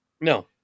no